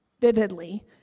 vividly